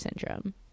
syndrome